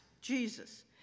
Jesus